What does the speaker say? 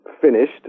finished